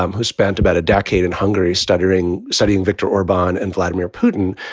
um who spent about a decade in hungary stuttering, studying viktor orban and vladimir putin.